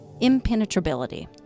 impenetrability